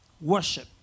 Worship